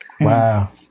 Wow